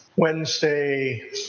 Wednesday